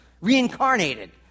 reincarnated